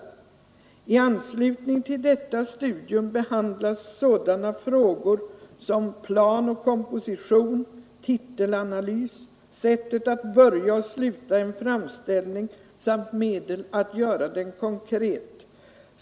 I anslutning till detta studium behandlas sådana frågor som plan och komposition, titelanalys, sättet att börja och sluta en framställning samt medel att göra den konkret.